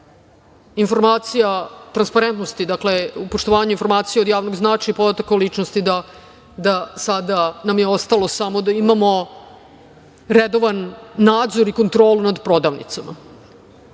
informacija, transparentnosti, poštovanju informacija od javnog značaja i podataka o ličnosti da sada nam je ostalo samo da imamo redovan nadzor i kontrolu nad prodavnicama. Opet